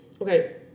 Okay